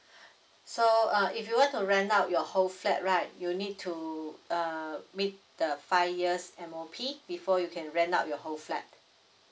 so uh if you want to rent out your whole flat right you need to uh meet the five years M_O_P before you can rent out your whole flat